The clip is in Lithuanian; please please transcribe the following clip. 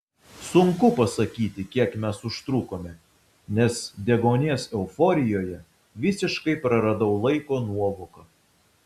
sunku pasakyti kiek mes užtrukome nes deguonies euforijoje visiškai praradau laiko nuovoką